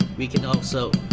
we can also